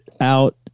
out